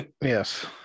Yes